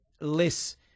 less